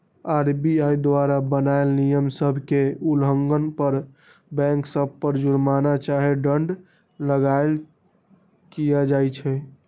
RBI द्वारा बनाएल नियम सभ के उल्लंघन पर बैंक सभ पर जुरमना चाहे दंड लगाएल किया जाइ छइ